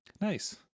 Nice